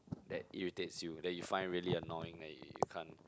that irritates you that you find really annoying that you can't